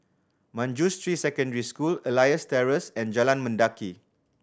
Manjusri Secondary School Elias Terrace and Jalan Mendaki